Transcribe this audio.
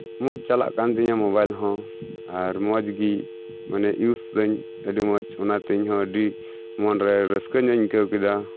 ᱢᱚᱸᱡᱽ ᱪᱟᱞᱟᱜ ᱠᱟᱱᱛᱤᱧᱟᱹ ᱢᱳᱵᱟᱭᱤᱞᱦᱚᱸ ᱟᱨ ᱢᱚᱸᱡᱽᱜᱤ ᱢᱟᱱᱮ ᱤᱭᱩᱡᱽ ᱫᱟᱹᱧ ᱟᱹᱰᱤ ᱢᱚᱸᱡᱽ ᱚᱱᱟᱛᱮ ᱤᱧᱦᱚ ᱟᱹᱰᱤ ᱢᱚᱱᱨᱮ ᱨᱟᱹᱥᱠᱟᱹ ᱧᱚᱜ ᱤᱧ ᱟᱹᱭᱠᱟᱹᱣ ᱠᱮᱫᱟ